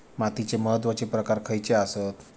मातीचे महत्वाचे प्रकार खयचे आसत?